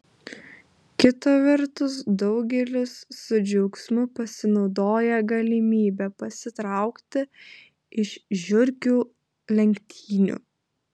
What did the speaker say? kita vertus daugelis su džiaugsmu pasinaudoja galimybe pasitraukti iš žiurkių lenktynių